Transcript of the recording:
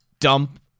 dump